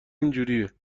اینجوریه